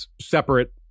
separate